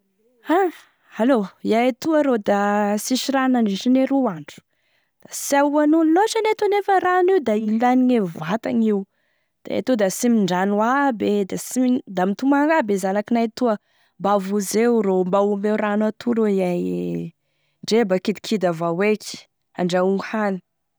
A allô, iay atoa rô da sisy rano nandritrane roa andro da sy ahoan'olo loatry an'iay toa nefa rano io da ilaine vatagny io da iay toa da sy mindrano aby e da tsy ma- mitomagny aby e zanakinay toa, mba vonzeo ro, mba omeo rano atoa rô iay e, ndre da mba kidikidy avao eky, andrahoagny hany.